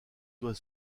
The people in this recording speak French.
doit